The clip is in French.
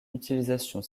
utilisation